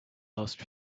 last